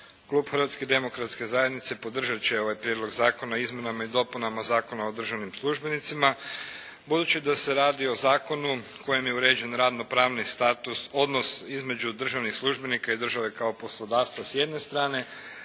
Klub Hrvatske demokratske zajednice podržat će ovaj Prijedlog zakona o izmjenama i dopunama Zakona o državnim službenicima, budući da se radi o zakonu kojim je uređen radno pravni status, odnos između državnih službenika i države kao poslodavca s jedne strane,